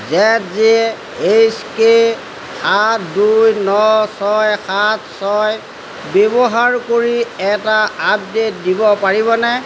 জেদ J H K সাত দুই ন ছয় সাত ছয় ব্যৱহাৰ কৰি এটা আপডে'ট দিব পাৰিবনে